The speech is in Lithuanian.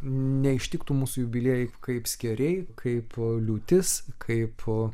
neištiktų mūsų jubiliejai kaip skėriai kaip liūtis kaip